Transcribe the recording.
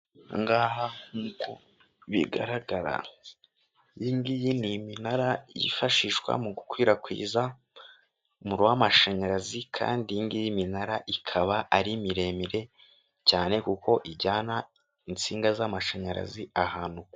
Angaha ku bigaragara y'giyi ni iminara yifashishwa mu gukwirakwiza w'amashanyarazi kandiingi y'iminara ikaba ari miremire cyane kuko ijyana insinga z'amashanyarazi ahantu.